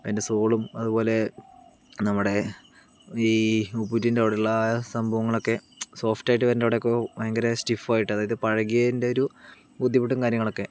അതിൻ്റെ സോളും അതുപോലെ നമ്മുടെ ഈ ഉപ്പൂറ്റിൻ്റെ അവിടെയുള്ള സംഭവങ്ങളൊക്കെ സോഫ്റ്റ് ആയിട്ട് വരേണ്ട അവിടെയൊക്കെ ഭയങ്കര സ്റ്റിഫായിട്ട് അതായത് പഴകിയൻ്റൊരു ബുദ്ധിമുട്ടും കാര്യങ്ങളൊക്കെ